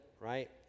right